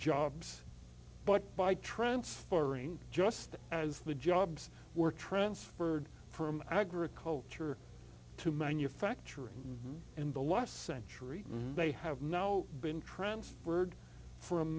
jobs but by transferring just as the jobs were transferred from agriculture to manufacturing in the last century they have now been transferred from